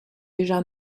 déjà